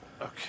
Okay